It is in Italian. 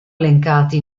elencati